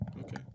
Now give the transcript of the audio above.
Okay